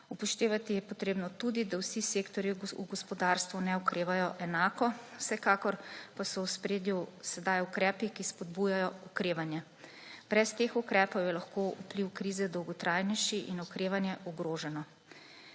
Upoštevati je potrebno tudi, da vsi sektorji v gospodarstvu ne okrevajo enako, vsekakor pa so sedaj v ospredju ukrepi, ki spodbujajo okrevanje. Brez teh ukrepov je lahko vpliv krize dolgotrajnejši in okrevanje ogroženo.